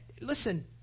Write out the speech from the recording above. listen